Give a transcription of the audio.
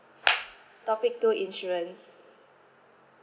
topic two insurance